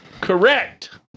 Correct